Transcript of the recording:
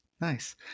nice